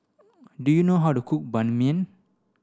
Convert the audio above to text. do you know how to cook Ban Mian